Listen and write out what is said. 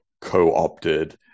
co-opted